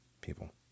people